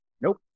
Nope